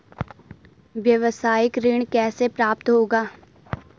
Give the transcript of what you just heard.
व्यावसायिक ऋण कैसे प्राप्त होगा?